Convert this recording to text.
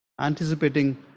anticipating